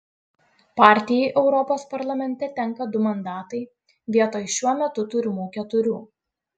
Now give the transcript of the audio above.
partijai europos parlamente tenka du mandatai vietoj šiuo metu turimų keturių